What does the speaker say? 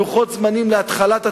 לוחות זמנים להתחלת התהליכים,